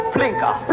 Plinker